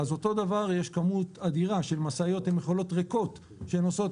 אז אותו דבר יש כמות אדירה של משאיות עם מכולות ריקות שנוסעות